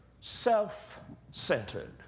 self-centered